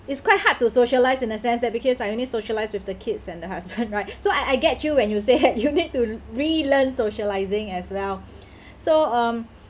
it's quite hard to socialise in a sense that because I only socialiSe with the kids and the husband right so I I get you when you say you need to relearn socialising as well so um